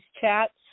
chats